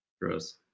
Gross